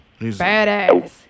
Badass